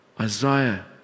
Isaiah